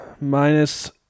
Minus